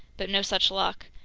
but no such luck.